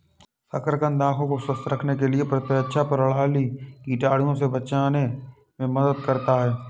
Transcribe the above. शकरकंद आंखों को स्वस्थ रखने के साथ प्रतिरक्षा प्रणाली, कीटाणुओं से बचाने में मदद करता है